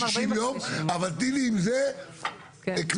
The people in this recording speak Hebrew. הסיכום הוא שאנחנו נשארים עם הנוסח המקורי.